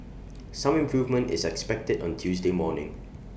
some improvement is expected on Tuesday morning